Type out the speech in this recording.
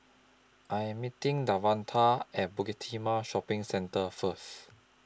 I Am meeting Davonta At Bukit Timah Shopping Centre First